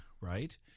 Right